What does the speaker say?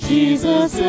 Jesus